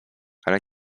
ale